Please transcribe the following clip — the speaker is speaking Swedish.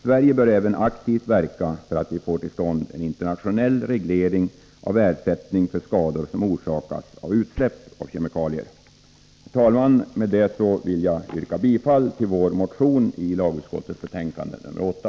Sverige bör även aktivt verka för att vi får till stånd en internationell reglering av ersättning för skador som orsakas av utsläpp av kemikalier. Herr talman! Med detta vill jag yrka bifall till vår reservation i lagutskottets betänkande nr 8.